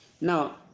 Now